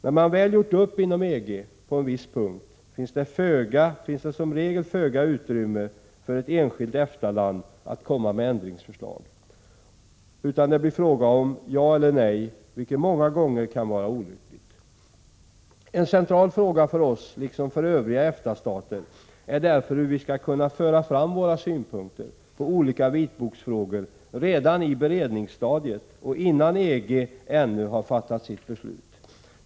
När man väl har gjort upp inom EG på en viss punkt, finns det som regel föga utrymme för ett enskilt EFTA-land att komma med ändringsförslag, utan det blir fråga om ett ja eller nej, vilket många gånger kan vara olyckligt. En central fråga för oss liksom för övriga EFTA-stater är därför hur vi skall kunna föra fram våra synpunkter på olika vitboksfrågor redan på beredningsstadiet och innan EG ännu har fattat sitt beslut.